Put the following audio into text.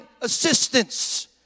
assistance